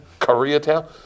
Koreatown